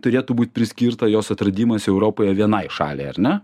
turėtų būt priskirta jos atradimas europoje vienai šaliai ar ne